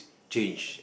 change